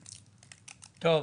טוב.